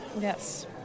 Yes